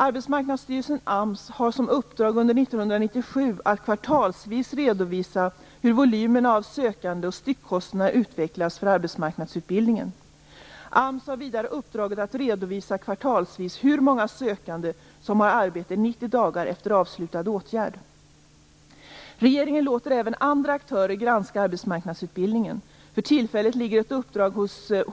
Arbetsmarknadsstyrelsen har som uppdrag under 1997 att kvartalsvis redovisa hur volymerna av sökande och styckkostnaderna utvecklas för arbetsmarknadsutbildningen. AMS har vidare uppdraget att redovisa kvartalsvis hur många sökande som har arbete 90 dagar efter avslutad åtgärd. Regeringen låter även andra aktörer granska arbetsmarknadsutbildningen. För tillfället ligger ett uppdrag